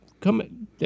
come